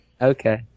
Okay